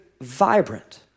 vibrant